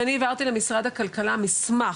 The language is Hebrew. אני רוצה להגיד שאני העברתי למשרד הכלכלה מסמך